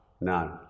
No